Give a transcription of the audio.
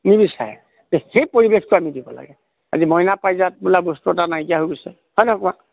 নিবিচাৰে সেই পৰিৱেশটো আমি দিব লাগে আজি মইনা পাৰিজাত বোলা বস্তু এটা নাইকা হৈ গৈছে হয় নহয় কোৱা